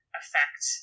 affect